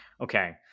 Okay